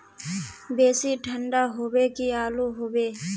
बेसी ठंडा होबे की आलू होबे